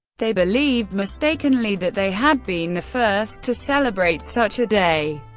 they believed mistakenly that they had been the first to celebrate such a day.